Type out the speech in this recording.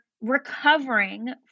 recovering